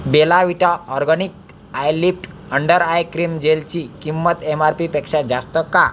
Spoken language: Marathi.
Bela Vita organic eyelift under eye cream जेलची किंमत एमआरपीपेक्षा जास्त का